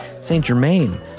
Saint-Germain